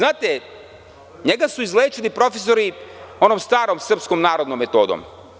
Njega su izlečili profesori onom starom srpskom narodnom metodom.